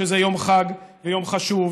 שזה יום חג ויום חשוב,